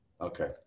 okay